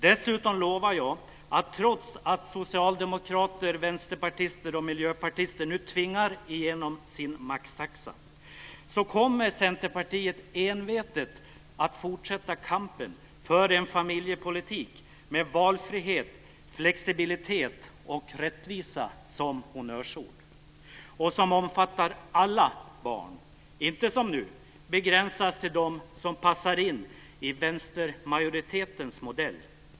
Dessutom lovar jag att Centerpartiet, trots att socialdemokrater, vänsterpartister och miljöpartister nu tvingar igenom sin maxtaxa, envetet kommer att fortsätta kampen för en familjepolitik med valfrihet, flexibilitet och rättvisa som honnörsord och som omfattar alla barn, inte som nu begränsas till dem som passar in i vänstermajoritetens modell.